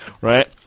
right